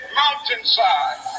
mountainside